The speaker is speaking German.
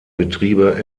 betriebe